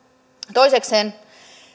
toisekseen